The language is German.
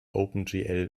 opengl